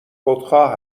خودخواه